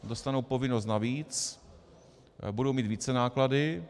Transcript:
Dostanou povinnost navíc a budou mít vícenáklady atd.